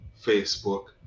Facebook